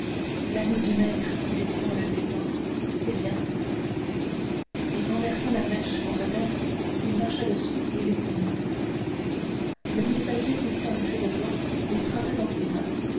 l'anneau du maître dit-il en le baisant c'est bien et renversant la mèche contre terre il marcha dessus et l'éteignit le messager poussa un cri de joie et frappa dans ses mains